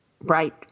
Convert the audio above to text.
right